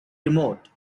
remote